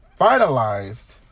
finalized